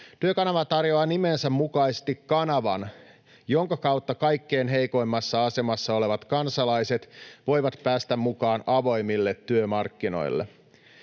Työkanava tarjoaa nimensä mukaisesti kanavan, jonka kautta kaikkein heikoimmassa asemassa olevat kansalaiset voivat päästä mukaan avoimille työmarkkinoille.